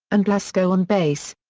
and blasko on bass.